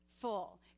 full